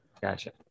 gotcha